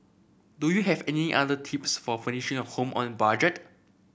do you have any other tips for furnishing a home on budget